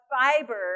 fiber